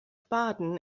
baden